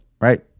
right